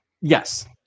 Yes